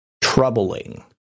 troubling